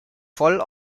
voll